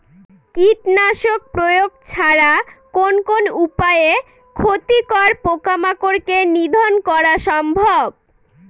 কীটনাশক প্রয়োগ ছাড়া কোন কোন উপায়ে ক্ষতিকর পোকামাকড় কে নিধন করা সম্ভব?